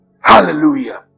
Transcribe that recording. Hallelujah